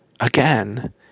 Again